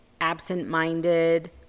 absent-minded